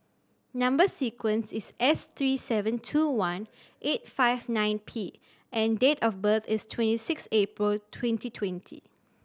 number sequence is S three seven two one eight five nine P and date of birth is twenty six April twenty twenty